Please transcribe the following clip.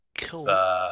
Cool